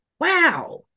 Wow